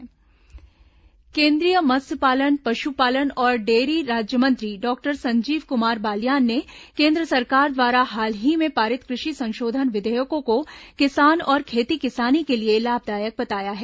केंद्रीय मंत्री पत्रकारवार्ता केंद्रीय मत्स्यपालन पशुपालन और डेयरी राज्यमंत्री डॉक्टर संजीव कुमार बालयान ने केन्द्र सरकार द्वारा हाल ही में पारित कृषि संशोधन विधेयकों को किसान और खेती किसानी के लिए लाभदायक बताया है